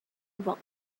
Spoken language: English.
will